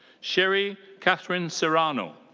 sheri kathrine serrano.